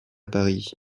paris